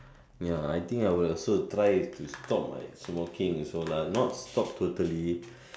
ya I think I will also try to stop my smoking also lah not stop totally